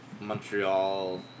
Montreal